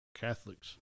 Catholics